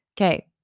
Okay